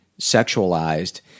sexualized